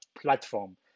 platform